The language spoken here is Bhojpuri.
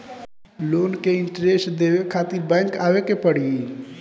लोन के इन्टरेस्ट देवे खातिर बैंक आवे के पड़ी?